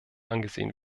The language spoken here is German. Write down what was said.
angesehen